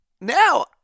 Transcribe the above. now